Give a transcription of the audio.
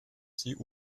sie